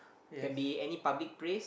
can be any public place